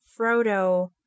frodo